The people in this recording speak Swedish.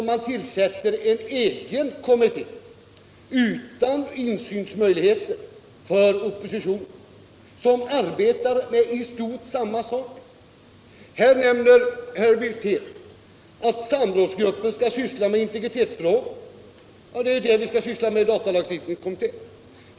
Man har tillsatt en egen kommitté, utan möjligheter till insyn för oppositionen, som arbetar med i stort sett samma frågor. Herr Wirtén nämnde att samrådsgruppen skall behandla integritetsfrågor. Det är ju det vi skall syssla med i datalagstiftningskommittén!